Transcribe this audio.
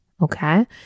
Okay